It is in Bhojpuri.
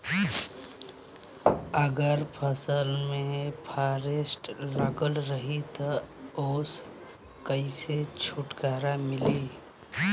अगर फसल में फारेस्ट लगल रही त ओस कइसे छूटकारा मिली?